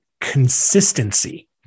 consistency